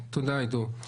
תודה, עידו.